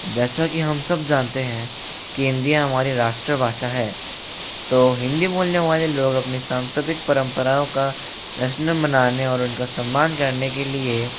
जैसा कि हम सब जानते हैं की हिंदी हमारी राष्ट्र भाषा है तो हिंदी बोलने वाले लोग अपनी सांस्कृतिक परंपराओं का जश्न मनाने और उनका सम्मान करने के लिए